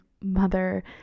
mother